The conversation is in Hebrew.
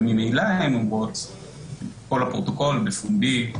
וממילא הן אומרות פה לפרוטוקול, בפומבי,